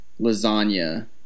lasagna